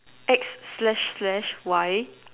X slash slash Y